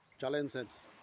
challenges